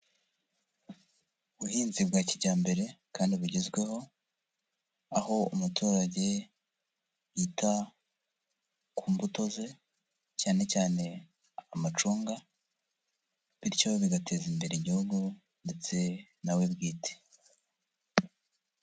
Ubuhinzi bwa kijyambere kandi bugezweho, aho umuturage yita ku mbuto ze cyane cyane amacunga, bityo bigateza imbere Igihugu ndetse na we bwite.